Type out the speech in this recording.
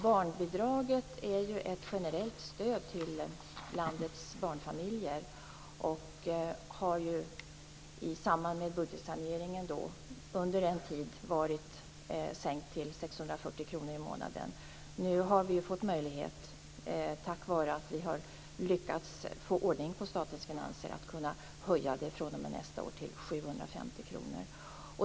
Barnbidraget är ju ett generellt stöd till landets barnfamiljer och har i samband med budgetsaneringen under en tid varit sänkt till 640 kr i månaden. Vi har nu tack vare att vi har lyckats få ordning på statens finanser fått möjlighet att höja det nästa år till 750 kr.